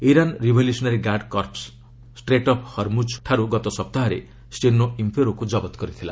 Iran revolutionary guard corps strait of ହରମୁକୁ ଗତ ସପ୍ତାହରେ ଷ୍ଟେନା ଇମ୍ପେରୋକୁ ଜବତ କରିଥିଲା